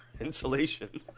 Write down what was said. insulation